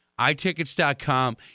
iTickets.com